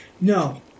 No